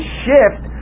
shift